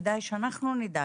כדאי שאנחנו נדע,